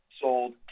sold